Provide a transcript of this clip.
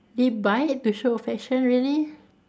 they bite it to show affection really